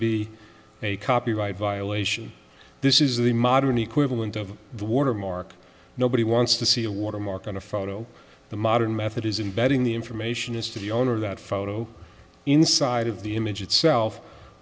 be a copyright violation this is the modern equivalent of the watermark nobody wants to see a watermark on a photo the modern method is in betting the information is to the owner of that photo inside of the image itself